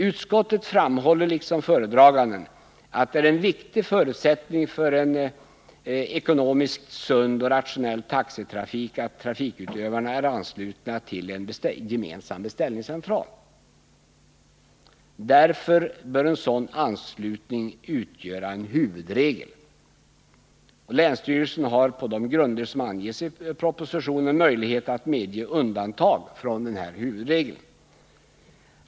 Utskottet framhåller, liksom föredraganden, att det är en viktig förutsättning för en ekonomiskt sund och rationell taxitrafik att trafikutövarna är anslutna till en gemensam beställningscentral, och därför bör en sådan anslutning utgöra en huvudregel. Länsstyrelsen har på de grunder som anges i propositionen möjlighet att medge undantag från denna huvudregel.